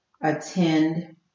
attend